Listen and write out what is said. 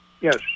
Yes